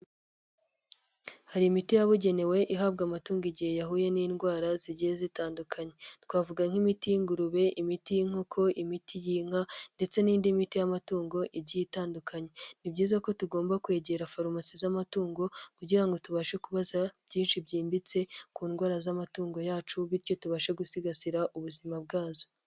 Hari imiti yabugenewe ihabwa amatungo igihe yahuye n'indwara zigiye zitandukanye, twavuga nk'imiti y'ingurube, imiti y'inkoko, imiti y'inka ndetse n'indi miti y'amatungo igiye itandukanye. Ni byiza ko tugomba kwegera farumasi z'amatungo kugira ngo tubashe kubaza byinshi byimbitse ku ndwara z'amatungo yacu bityo tubashe gusigasira ubuzima bwazo.